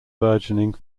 burgeoning